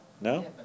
No